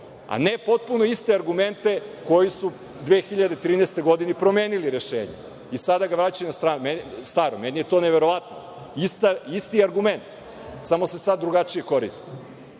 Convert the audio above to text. a ne potpuno iste argumente koji su u 2013. godini promenili rešenje i sada ga vraćaju na staro. Meni je to neverovatno, isti argument, samo se sada drugačije koristi. Znači,